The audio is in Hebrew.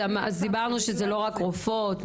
דיברנו שזה לא רק רופאות.